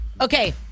Okay